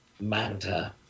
manta